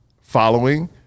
following